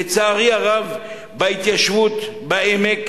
לצערי הרב, בהתיישבות בעמק